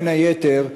בין היתר,